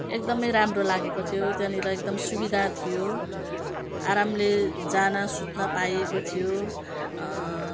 एकदमै राम्रो लागेको थियो त्यहाँनिर एकदमै सुविधा थियो आरामले जान सुत्न पाइएको थियो